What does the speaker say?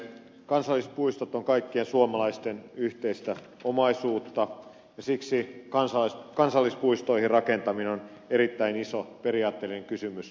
kansallispuistot ovat kaikkien suomalaisten yhteistä omaisuutta ja siksi kansallispuistoihin rakentaminen on erittäin iso periaatteellinen kysymys